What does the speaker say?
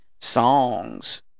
songs